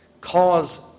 cause